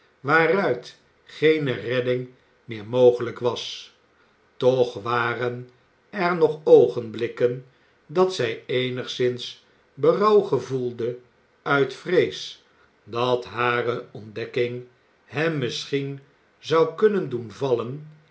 waaruit geene redding meer mogelijk was toch waren er nog oogenblikken dat zij eenigszins berouw gevoelde uit vrees dat hare ontdekking hem misschien zou kunnen doen vallen